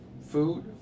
food